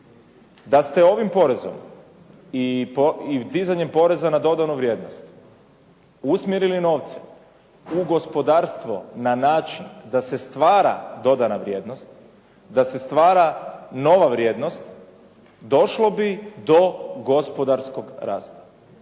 Da ste ovim porezom i dizanjem poreza na dodanu vrijednost usmjerili novce u gospodarstvo na način da se stvara dodana vrijednost, da se stvara nova vrijednost došlo bi do gospodarskog rasta.